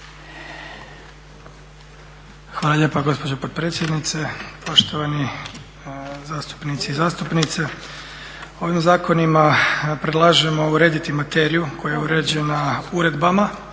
Hvala lijepa gospođo potpredsjednice. Poštovani zastupnici i zastupnice. Ovim zakonima predlažemo urediti materiju koja je uređena uredbama